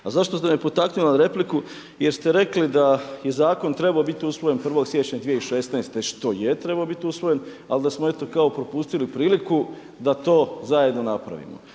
A zašto ste me potaknuli na repliku jer ste rekli da je zakon trebao biti usvojen 1. siječnja 2016. što je trebao biti usvojen ali da smo eto kao propustili priliku da to zajedno napravimo.